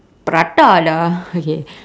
prata ada okay